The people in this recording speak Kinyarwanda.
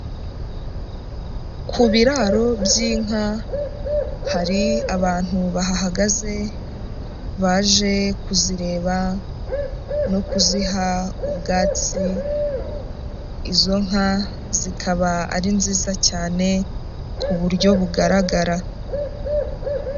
Ku biraro by'inka, hari abantu bahagaze, baje kuzireba no kuziha ubwatsi, izo nka zikaba ari nziza cyane ku buryo bugaragara.